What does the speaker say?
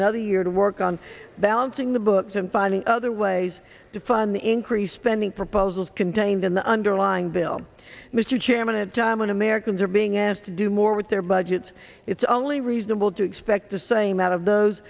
another year to work on balancing the books and finding other ways to fund the increased spending proposals contained in the underlying bill mr chairman a time when americans are being asked to do more with their budgets it's only reasonable to expect the same out of those